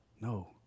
No